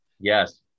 Yes